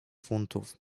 funtów